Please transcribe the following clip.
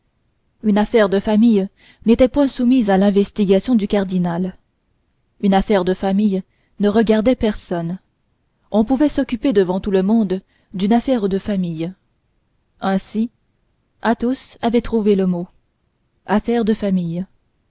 une affaire de famille n'était point soumise à l'investigation du cardinal une affaire de famille ne regardait personne on pouvait s'occuper devant tout le monde d'une affaire de famille ainsi athos avait trouvé le mot affaire de famille